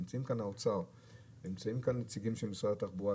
נמצאים כאן האוצר ונמצאים כאן נציגים של משרד התחבורה,